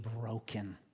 broken